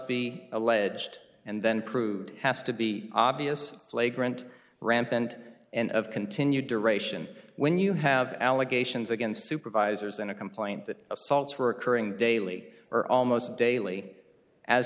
be alleged and then crude has to be obvious flagrant rampant and of continued duration when you have allegations against supervisors in a complaint that assaults were occurring daily or almost daily as